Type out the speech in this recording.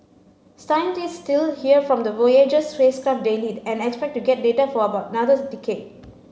scientists still hear from the voyager spacecraft daily and expect to get data for about another decade